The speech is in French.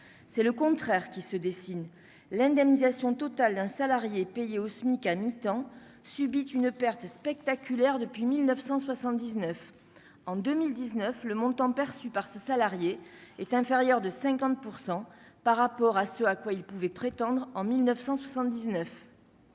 c'est le contraire qui se dessine l'indemnisation totale d'un salarié payé au SMIC à mi-temps subi une perte spectaculaire depuis 1979 en 2019 le montant perçu par ce salarié est inférieur de 50 % par rapport à ce à quoi il pouvait prétendre en 1979.